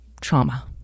trauma